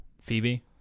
phoebe